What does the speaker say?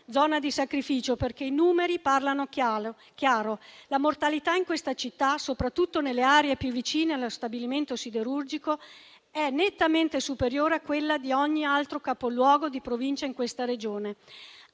zona di sacrificio, perché i numeri parlano chiaro: la mortalità in questa città, soprattutto nelle aree più vicine allo stabilimento siderurgico, è nettamente superiore a quella di ogni altro capoluogo di provincia nella Regione.